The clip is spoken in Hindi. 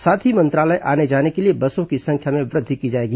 साथ ही मंत्रालय आने जाने के लिए बसों की संख्या में वृद्धि की जाएगी